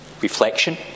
reflection